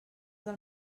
del